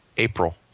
April